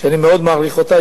שאני מאוד מעריך אותה,